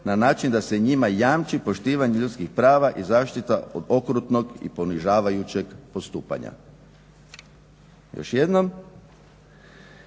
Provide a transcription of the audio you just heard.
na način da se njima jamči poštivanje ljudskih prava i zaštita od okrutnog i ponižavajućeg postupanja. Još jednom,